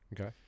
Okay